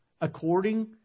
according